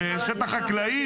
בשטח חקלאי?